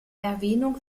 erwähnung